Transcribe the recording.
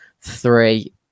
three